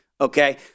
Okay